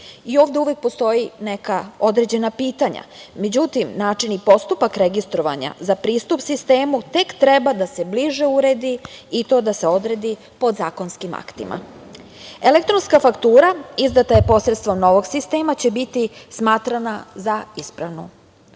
Ovde uvek postoje neka određena pitanja. Međutim, način i postupak registrovanja za pristup sistemu tek treba da se bliže uredi i to da se odredi podzakonskim aktima. Elektronska faktura izdata je posredstvom novog sistema će biti smatrana za ispravnu.